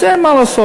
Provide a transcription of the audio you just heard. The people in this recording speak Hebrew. אז אין מה לעשות.